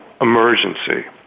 emergency